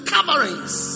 Coverings